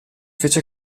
fece